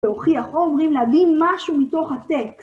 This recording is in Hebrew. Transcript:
להוכיח. או עוברים להבין משהו מתוך הטקסט.